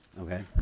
Okay